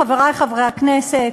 חברי חברי הכנסת,